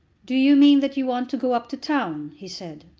do you mean that you want to go up to town? he said.